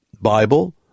Bible